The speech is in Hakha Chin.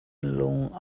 lung